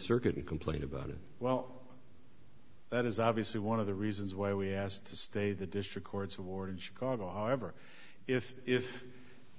circuit and complain about it well that is obviously one of the reasons why we asked to stay the district courts awarded chicago however if if